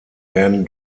werden